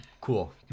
cool